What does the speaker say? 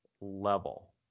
level